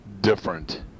different